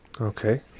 Okay